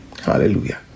Hallelujah